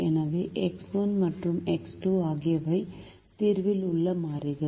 எனவே எக்ஸ் 1 மற்றும் எக்ஸ் 2 ஆகியவை தீர்வில் உள்ள மாறிகள்